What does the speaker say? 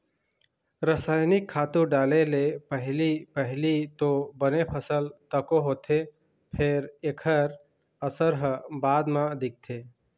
रसइनिक खातू डाले ले पहिली पहिली तो बने फसल तको होथे फेर एखर असर ह बाद म दिखथे